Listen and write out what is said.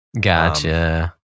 Gotcha